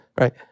right